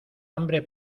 hambre